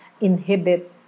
inhibit